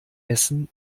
essen